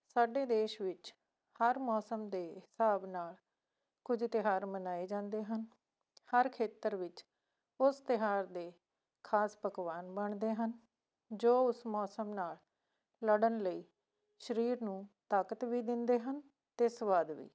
ਸਾਡੇ ਦੇਸ਼ ਵਿੱਚ ਹਰ ਮੌਸਮ ਦੇ ਹਿਸਾਬ ਨਾਲ ਕੁਝ ਤਿਉਹਾਰ ਮਨਾਏ ਜਾਂਦੇ ਹਨ ਹਰ ਖੇਤਰ ਵਿੱਚ ਉਸ ਤਿਉਹਾਰ ਦੇ ਖਾਸ ਪਕਵਾਨ ਬਣਦੇ ਹਨ ਜੋ ਉਸ ਮੌਸਮ ਨਾਲ ਲੜਨ ਲਈ ਸਰੀਰ ਨੂੰ ਤਾਕਤ ਵੀ ਦਿੰਦੇ ਹਨ ਅਤੇ ਸਵਾਦ ਵੀ